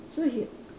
so he